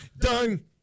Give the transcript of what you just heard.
done